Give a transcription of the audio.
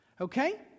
Okay